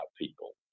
people